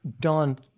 Don